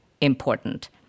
important